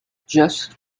just